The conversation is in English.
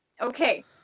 okay